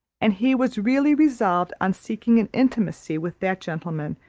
and he was really resolved on seeking an intimacy with that gentleman,